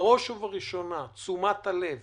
בראש ובראשונה תשומת הלב